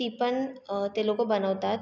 ती पन ते लोकं बनवतात